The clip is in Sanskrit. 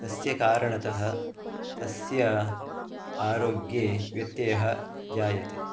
तस्य कारणतः तस्य आरोग्ये व्यत्ययः जायते